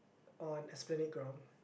on esplanade ground